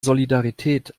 solidarität